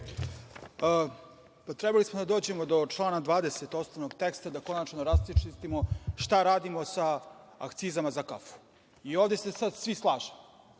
Trebali smo da dođemo do člana 20. osnovnog teksta, da konačno raščistimo šta radimo sa akcizama za kafu. Ovde se sad svi slažemo. Dakle,